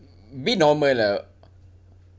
be normal ah